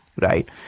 Right